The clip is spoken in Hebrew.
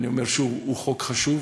אני אומר שוב, הוא חוק חשוב